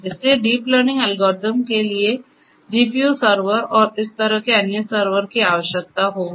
इसलिए deep learning algorithm के लिए जीपीयू सर्वर और इस तरह के अन्य सर्वर की आवश्यकता होगी